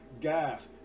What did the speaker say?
gaff